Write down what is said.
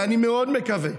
ואני מאוד מקווה,